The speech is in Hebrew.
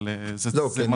אבל זה מנגנון.